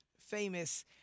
famous